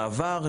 בעבר,